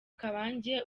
kabange